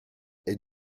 est